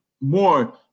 more